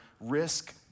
risk